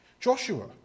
Joshua